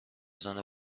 زنه